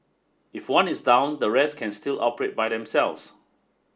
if one is down the rest can still operate by themselves